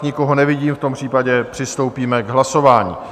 Nikoho nevidím, v tom případě přistoupíme k hlasování.